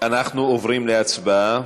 לשבת, אנחנו עוברים להצבעה.